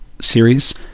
series